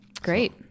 great